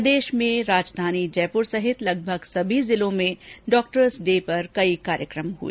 प्रदेश में राजधानी जयपुर सहित लगभग सभी जिलों में डॉक्टर्स डे पर कई कार्यक्रम हुए